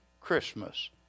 Christmas